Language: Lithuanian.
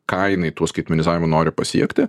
ką jinai tuo skaitmenizavimu nori pasiekti